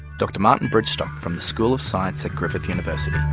dr martin bridgestock from the school of science at griffith university.